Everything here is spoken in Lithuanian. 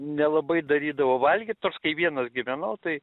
nelabai darydavau valgyt nors kai vienas gyvenau tai